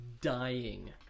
dying